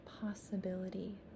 possibility